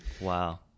wow